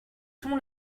pont